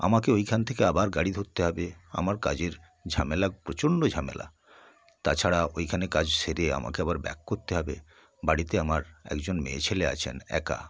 আমাকে ওইখান থেকে আবার গাড়ি ধরতে হবে আমার কাজের ঝামেলা প্রচণ্ড ঝামেলা তাছাড়া ওইখানে কাজ সেরে আমাকে আবার ব্যাক করতে হবে বাড়িতে আমার একজন মেয়েছেলে আছেন একা